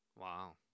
Wow